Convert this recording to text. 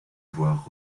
voir